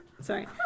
Sorry